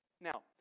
Now